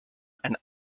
and